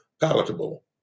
palatable